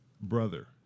brother